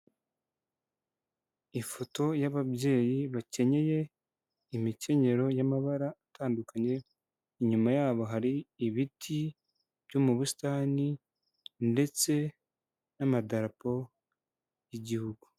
Ifoto y'ababyeyi bakenye imikenyero y'amabara atandukanye, inyuma yabo hari ibiti byo mu busitani ndetse n'amadarapo y'igihugu.